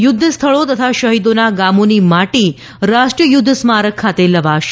યુદ્ધ સ્થળો તથા શહીદોના ગામોની માટી રાષ્ટ્રીય યુદ્ધ સ્મારક ખાતે લવાશે